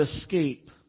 escape